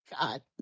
God